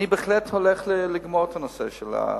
שאני בהחלט הולך לגמור את הנושא של התקנות.